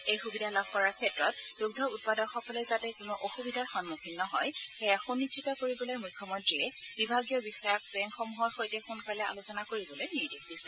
এই সুবিধা লাভ কৰাৰ ক্ষেত্ৰত দুগ্ধ উৎপাদকসকলে যাতে কোনো অসুবিধাৰ সন্মুখীন নহয় সেয়া সুনিশ্চিত কৰিবলৈ মুখ্যমন্ত্ৰীয়ে বিভাগীয় বিষয়াক বেংকসমূহৰ সৈতে সোনকালে আলোচনা কৰিবলৈ নিৰ্দেশ দিছে